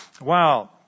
wow